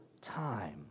time